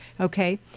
okay